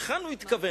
היכן הוא התכוון?